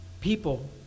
people